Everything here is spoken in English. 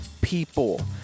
people